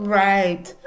right